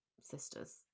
sisters